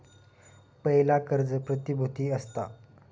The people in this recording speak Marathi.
पयला कर्ज प्रतिभुती असता